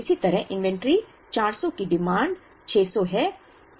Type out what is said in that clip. इसी तरह इन्वेंट्री 400 की डिमांड 600 है